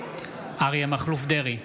אריה מכלוף דרעי,